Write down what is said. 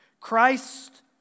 Christ